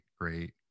great